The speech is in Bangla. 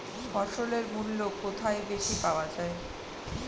ফসলের মূল্য কোথায় বেশি পাওয়া যায়?